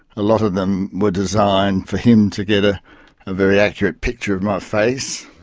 a lot of them were designed for him to get a very accurate picture of my face.